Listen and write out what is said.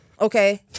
Okay